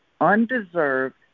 undeserved